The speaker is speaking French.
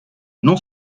non